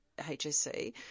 HSC